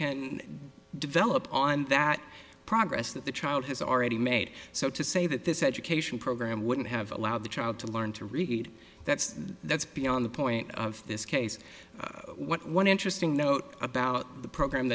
can develop on that progress that the child has already made so to say that this education program wouldn't have allowed the child to learn to read that's that's beyond the point of this case one interesting note about the program